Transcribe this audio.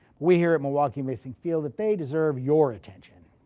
we here at milwaukee missing feel that they deserve your attention.